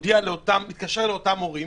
מתקשר להורים